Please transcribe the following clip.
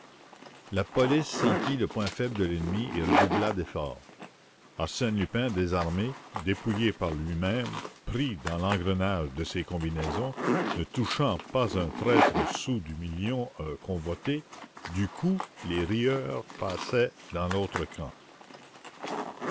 la police sentit le point faible de l'ennemi et redoubla d'efforts arsène lupin désarmé dépouillé par lui-même pris dans l'engrenage de ses combinaisons ne touchant pas un traître sou du million convoité du coup les rieurs passaient dans l'autre camp